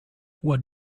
what